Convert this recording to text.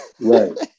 Right